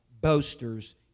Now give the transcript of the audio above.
boasters